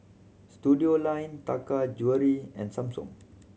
Studioline Taka Jewelry and Samsung